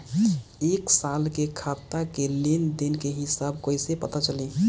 एक साल के खाता के लेन देन के हिसाब कइसे पता चली?